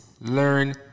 learn